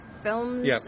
films